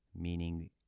meaning